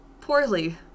poorly